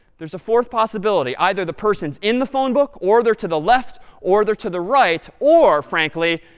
there's a fourth possibility. either the person's in the phone book, or they're to the left or they're to the right, or, frankly,